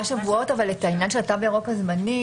אבל את העניין של התו הירוק הזמני